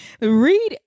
Read